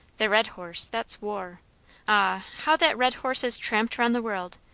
the red horse, that's war ah, how that red horse has tramped round the world!